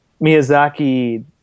Miyazaki